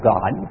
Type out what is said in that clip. God